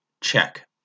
Check